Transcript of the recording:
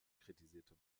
kritisierte